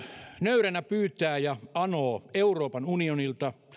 nöyränä pyytää ja anoo euroopan unionilta